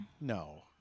No